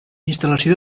instal·lació